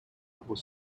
was